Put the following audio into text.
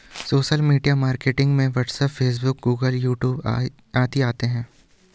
social media marketing में WhatsApp Facebook Google YouTube आदि आते है